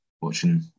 watching